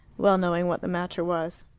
well knowing what the matter was.